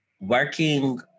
working